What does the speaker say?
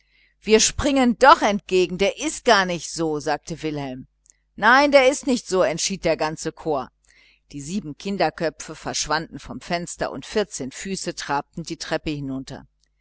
wir springen doch entgegen der ist gar nicht so sagte wilhelm nein der ist nicht so entschied der ganze chor die sieben kinderköpfe verschwanden vom fenster und vierzehn füße trabten die treppe hinunter